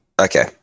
Okay